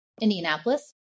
Indianapolis